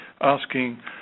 asking